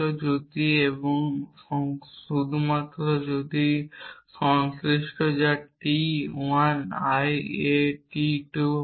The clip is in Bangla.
যদি এবং শুধুমাত্র যদি সংশ্লিষ্ট যা t 1 i A t 2 হয়